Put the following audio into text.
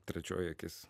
trečioji akis